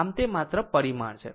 આમ તે માત્ર પરિમાણ છે